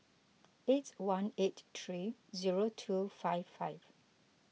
eight one eight three zero two five five